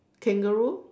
kangaroo